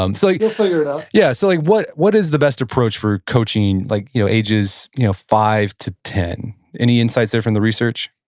um so yeah figure it out yeah so like what what is the best approach for coaching like you know ages you know five to ten? any insights there from the research?